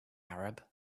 arab